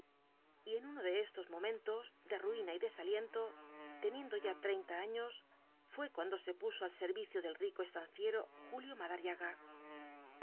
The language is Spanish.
y en uno de estos momentos de ruina y desaliento teniendo ya treinta años fué cuando se puso al servicio del rico estanciero julio madariaga